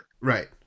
right